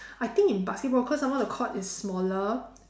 I think in basketball cause some more the court is smaller